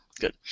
Good